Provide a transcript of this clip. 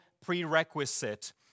prerequisite